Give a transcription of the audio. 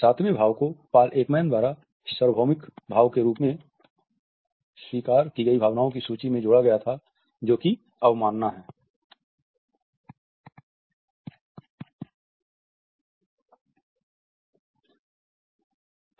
सातवें भाव को पॉल एकमैन द्वारा सार्वभौमिक रूप से स्वीकार की गई भावनाओं की सूची में जोड़ा गया था जो कि अवमानना का भाव है